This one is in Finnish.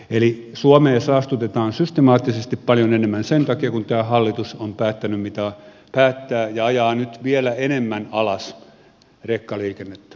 eli suomea saastutetaan systemaattisesti paljon enemmän sen takia kun tämä hallitus on päättänyt mitä päättää ja ajaa nyt vielä enemmän alas rekkaliikennettä